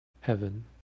heaven